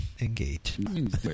Engage